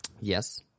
Yes